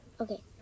Okay